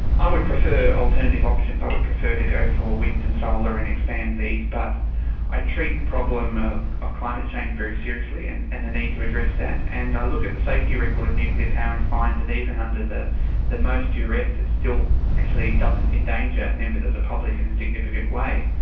i would prefer alternative options i would prefer to go for wind and solar and expand these, but i treat the problem of of climate change very seriously, and and the need to address that, and i look at the safety record of nuclear power and find that even under the the most duress it still actually doesn't endanger members of the public in a significant way.